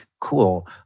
Cool